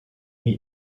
meat